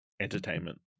entertainment